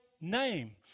name